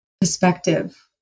perspective